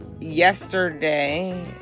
yesterday